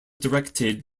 directed